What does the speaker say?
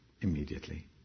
immediately